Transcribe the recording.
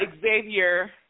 Xavier